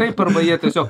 taip arba jie tiesiog